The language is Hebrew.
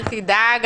אל תדאג,